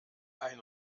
ein